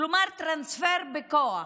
כלומר טרנספר בכוח.